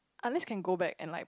unless can go back and like